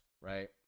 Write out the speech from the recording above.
right